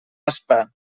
aspa